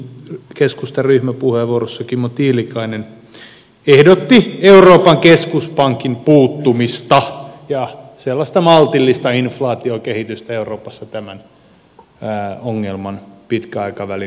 keskustan ryhmäpuheenvuorossa kimmo tiilikainen ehdotti euroopan keskuspankin puuttumista ja sellaista maltillista inflaatiokehitystä euroopassa tämän ongelman pitkän aikavälin hoitamiseksi